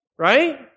Right